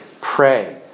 Pray